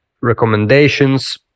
recommendations